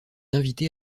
invité